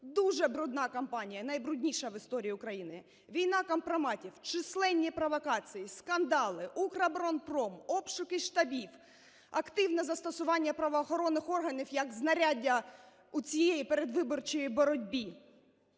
Дуже брудна кампанія. Найбрудніша в історії України. Війна компроматів. Численні провокації. Скандали. "Укроборонпром". Обшуки штабів. Активне застосування правоохоронних органів як знаряддя у цій передвиборчій боротьбі.